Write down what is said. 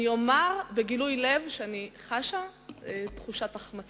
אני אומר בגילוי לב שאני חשה תחושת החמצה.